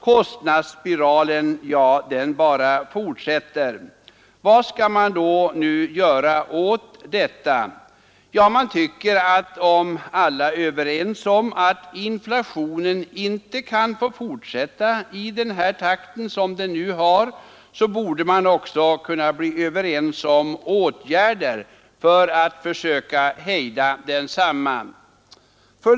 Kostnadsspiralen bara fortsätter. Vad skall man då göra åt detta? Är alla överens om att inflationen inte kan få fortsätta i den takt som den nu har, borde man också kunna bli överens om åtgärder för att försöka hejda densamma.